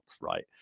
right